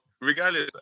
regardless